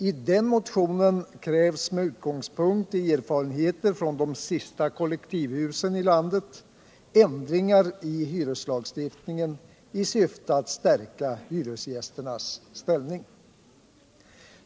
I den motionen krävs med utgångspunkt i erfarenheter från de sista kollektivhusen i landet ändringar i hyreslagstiftningen, i syfte att stärka hyresgästernas ställning.